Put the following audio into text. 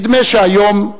נדמה שהיום,